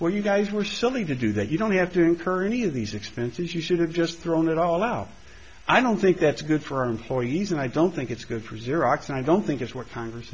where you guys were silly to do that you don't have to incur any of these expenses you should have just thrown it all out i don't think that's good for employees and i don't think it's good for xerox and i don't think it's what congress